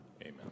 Amen